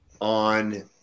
on